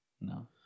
No